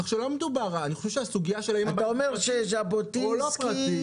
אתה אומר שז'בוטינסקי